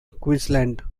queensland